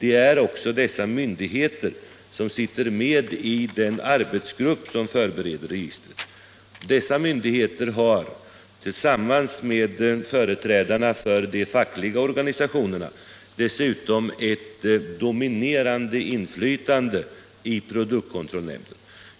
Det är också dessa myndigheter som sitter med i den arbetsgrupp som förbereder registret. Dessa myndigheter har tillsammans med företrädarna för de fackliga organisationerna dessutom ett dominerande inflytande i produktkontrollnämnden.